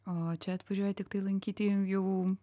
o čia atvažiuoju tiktai lankyti jau